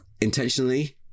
intentionally